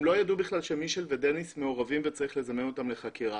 הם לא ידעו בכלל שמישל ודניס מעורבים וצריך לזמן אותם לחקירה.